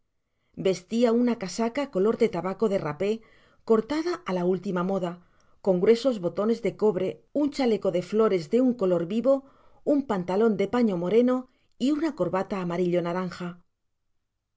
vestia una casaca color do tabaco de rapé cortada á la última moda con gruesos botones de cobre un chaleco de flores de un color vivo un pantalon de paño moreno y una corbala amarillo naranja